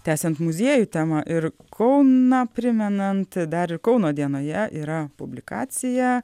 tęsiant muziejų temą ir kauną primenant dar ir kauno dienoje yra publikacija